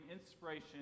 inspiration